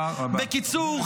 בקיצור,